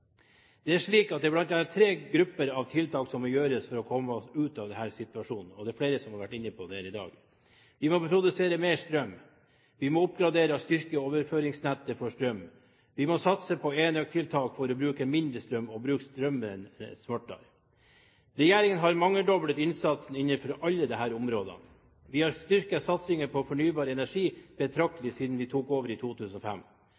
Det er slik at det bl.a. er tre grupper av tiltak som må gjøres for å få oss ut av denne situasjonen – og det er flere som har vært inne på det her i dag. Vi må produsere mer strøm. Vi må oppgradere og styrke overføringsnettet for strøm. Vi må satse på enøktiltak for å bruke mindre strøm og bruke strømmen smartere. Regjeringen har mangedoblet innsatsen innenfor alle disse områdene. Vi har styrket satsingen på fornybar energi